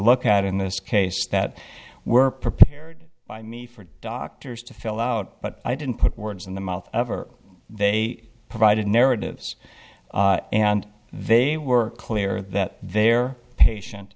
look at in this case that were prepared by me for doctors to fill out but i didn't put words in the mouth ever they provided narratives and they were clear that their patient